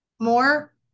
more